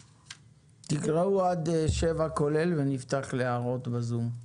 תקראו עד 7 כולל ואני אפתח להערות בזום.